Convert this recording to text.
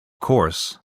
course